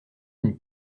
une